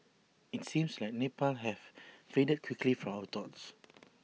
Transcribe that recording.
IT seems like Nepal has faded quickly from our thoughts